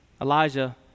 Elijah